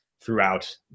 throughout